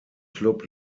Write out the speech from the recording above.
klub